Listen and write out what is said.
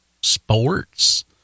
sports